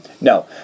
No